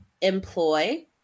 employ